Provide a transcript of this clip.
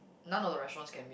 none of the restaurant can be